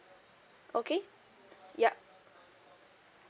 okay yup